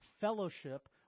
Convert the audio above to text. fellowship